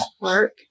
work